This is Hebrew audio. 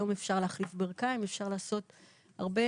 היום אפשר להחליף ברכיים ולעשות המון